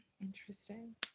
Interesting